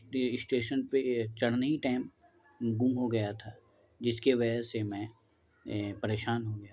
station پہ چڑھنے ہی ٹائم گم ہو گیا تھا جس کے وجہ سے میں پریشان ہو گیا